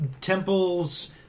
temples